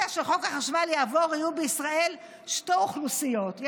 ברגע שחוק החשמל יעבור יהיו בישראל שתי אוכלוסיות.